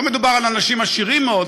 לא מדובר על אנשים עשירים מאוד,